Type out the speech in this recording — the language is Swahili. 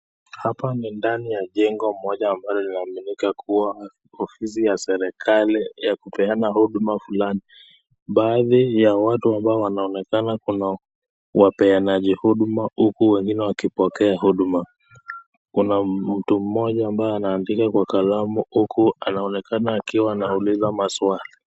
Hapa ni ndani ya jengo moja ambalo linaaminika kuwa ofisi ya serikali ya kupeana huduma fulani. Baadhi ya watu ambao wanaonekana kuna wapeanaji huduma huku wengine wakipokea huduma. Kuna mtu mmoja ambaye anaandika kalamu huku anaonekana akiwa anauliza maswali.